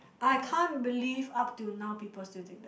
I can't believe up till now people still think that